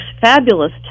Fabulous